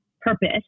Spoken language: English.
purpose